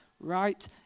right